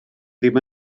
ddim